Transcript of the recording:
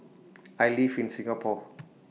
I live in Singapore